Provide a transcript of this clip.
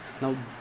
Now